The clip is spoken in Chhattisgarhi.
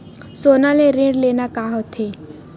सोना ले ऋण लेना का होथे?